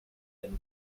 than